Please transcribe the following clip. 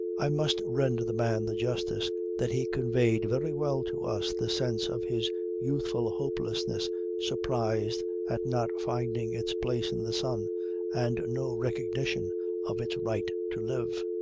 i must render the man the justice that he conveyed very well to us the sense of his youthful hopelessness surprised at not finding its place in the sun and no recognition of its right to live.